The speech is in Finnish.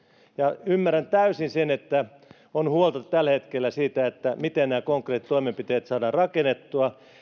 ja ymmärrän täysin sen että on huolta tällä hetkellä siitä miten nämä konkreettiset toimenpiteet saadaan rakennettua